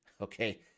okay